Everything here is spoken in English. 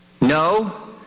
No